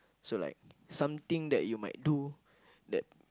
so like something that you might do that